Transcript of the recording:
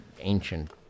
ancient